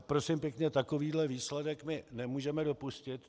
Prosím pěkně, takovýhle výsledek my nemůžeme dopustit.